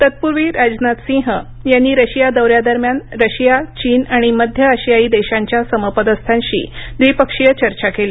तत्पूर्वी राजनाथ सिंह यांनी रशिया दौऱ्यादरम्यान रशिया चीन आणि मध्य आशियाई देशांच्या समपदस्थांशी द्विपक्षीय चर्चा केली